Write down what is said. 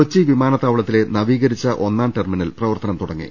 കൊച്ചി വിമാനത്താവളത്തിലെ നവീകരിച്ച ഒന്നാം ടെർമിനൽ പ്രവർത്തനം തുടങ്ങി